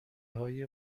های